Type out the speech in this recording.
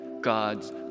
God's